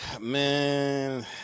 Man